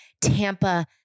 Tampa